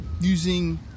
Using